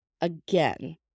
Again